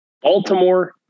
Baltimore